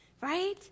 right